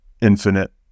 infinite